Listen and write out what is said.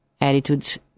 attitudes